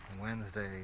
Wednesday